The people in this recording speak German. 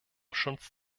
schutz